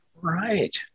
Right